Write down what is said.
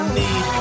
need